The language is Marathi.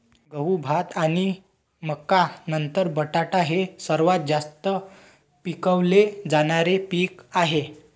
गहू, भात आणि मका नंतर बटाटा हे सर्वात जास्त पिकवले जाणारे पीक आहे